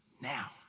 now